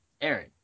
Aaron